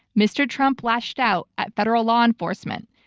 mr. trump lashed out at federal law enforcement.